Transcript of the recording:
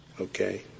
Okay